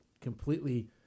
completely